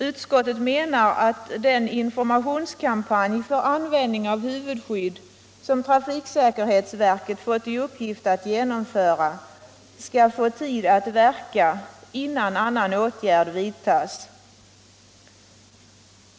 Utskottet menar att den informationskampanj för användning av huvudskydd som trafiksäkerhetsverket har fått i uppgift att genomföra skall få tid att verka innan annan åtgärd vidtas.